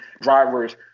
drivers